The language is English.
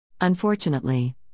Unfortunately